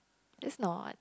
that's not